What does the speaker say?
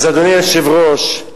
אדוני היושב-ראש,